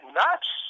nuts